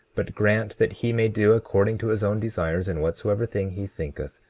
but grant that he may do according to his own desires in whatsoever thing he thinketh,